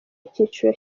icyiciro